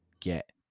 get